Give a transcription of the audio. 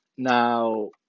Now